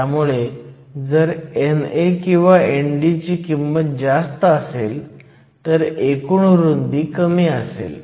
त्यामुळे जर NA किंवा ND ची किंमत जास्त असेल तर एकूण रुंदी कमी असेल